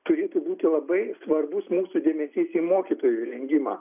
turėtų būti labai svarbus mūsų dėmesys į mokytojų rengimą